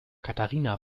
katharina